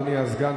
אדוני הסגן,